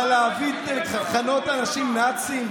אבל לכנות אנשים נאצים?